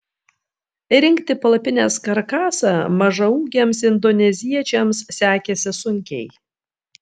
rinkti palapinės karkasą mažaūgiams indoneziečiams sekėsi sunkiai